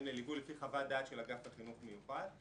לליווי על פי חוות דעת של אגף החינוך המיוחד,